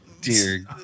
dear